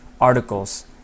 articles